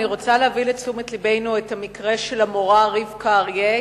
אני רוצה להביא לתשומת לבנו את המקרה של המורה רבקה אריה.